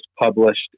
published